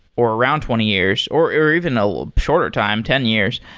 or around twenty years, or or even ah like shorter time, ten years,